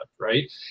right